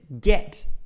get